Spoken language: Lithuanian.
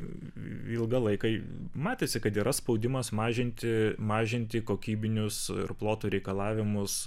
ilgą laiką matėsi kad yra spaudimas mažinti mažinti kokybinius ir ploto reikalavimus